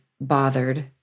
bothered